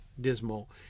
dismal